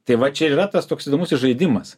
tai va čia ir yra tas toks įdomusis žaidimas